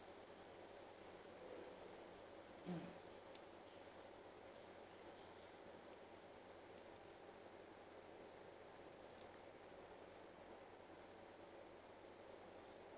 mm